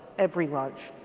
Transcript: every lunch.